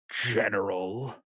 General